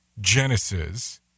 Genesis